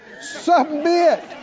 submit